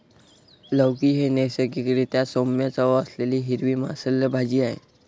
लौकी ही नैसर्गिक रीत्या सौम्य चव असलेली हिरवी मांसल भाजी आहे